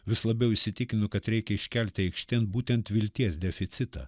vis labiau įsitikinu kad reikia iškelti aikštėn būtent vilties deficitą